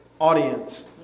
audience